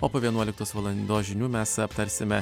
o po vienuoliktos valandos žinių mes aptarsime